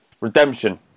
redemption